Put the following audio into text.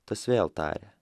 tas vėl tarė